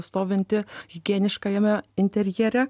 stovinti higieniškajame interjere